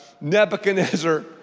Nebuchadnezzar